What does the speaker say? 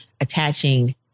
attaching